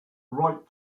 right